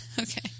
Okay